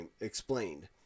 explained